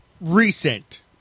Recent